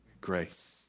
grace